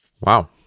Wow